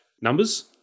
numbers